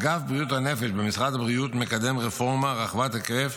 אגף בריאות הנפש במשרד הבריאות מקדם רפורמה רחבת היקף